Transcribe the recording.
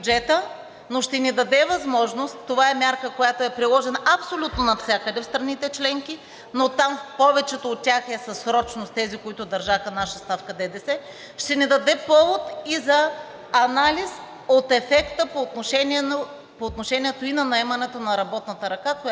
но ще ни даде възможност – това е мярка, която е приложена абсолютно навсякъде в страните членки, но там в повечето от тях е със срочност, тези, които държаха наша ставка ДДС – ще ни даде повод за анализ от ефекта по отношение и на наемането на работната ръка, която